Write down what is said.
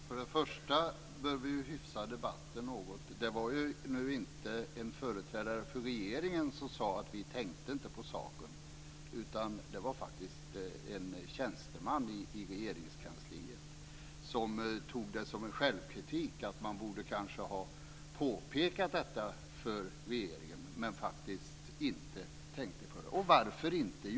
Fru talman! Vi bör hyfsa debatten något. Det var inte någon företrädare för regeringen som sade att man inte tänkte på saken. Det var en tjänsteman i Regeringskansliet som tog som självkritik att man borde ha påpekat detta för regeringen, men faktiskt inte tänkte på det. Varför gjorde man inte det?